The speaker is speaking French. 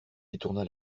détourna